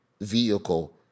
vehicle